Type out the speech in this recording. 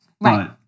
Right